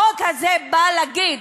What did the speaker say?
החוק הזה בא להגיד: